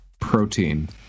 protein